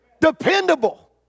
dependable